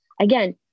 again